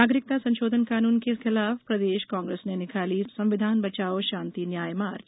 नागरिकता संशोधन कानून के खिलाफ प्रदेश कांग्रेस ने निकाली संविधान बचाओ शांति न्याय मार्च